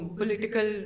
political